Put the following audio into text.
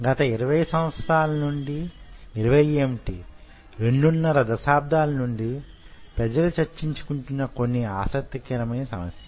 గత 20 సంవత్సరాల నుండి ఇరవై యేమిటి 2 12 దశాబ్దాల నుండి ప్రజలు చర్చించుకుంటున్న కొన్ని ఆసక్తికరమైన సమస్యలు